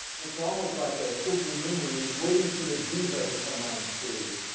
it's almost like a supernumerary waiting for the diva to come on stage.